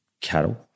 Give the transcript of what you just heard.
cattle